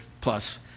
plus